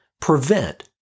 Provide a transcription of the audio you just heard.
prevent